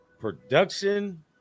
Production